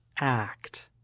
act